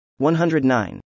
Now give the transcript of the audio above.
109